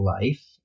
life